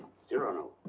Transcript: cyrano!